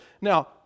Now